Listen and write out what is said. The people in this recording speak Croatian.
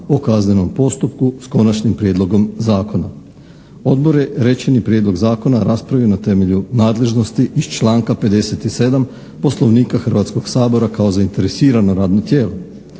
o kaznenom postupku s Konačnim prijedlogom zakona. Odbor je rečeni prijedlog zakona raspravio na temelju nadležnosti iz članka 57. Poslovnika Hrvatskog sabora kao zainteresirano radno tijelo.